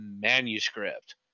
manuscript